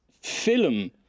film